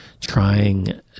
trying